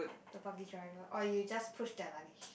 the buggy driver or you just push the luggage